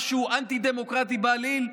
מה שהוא אנטי-דמוקרטי בעליל,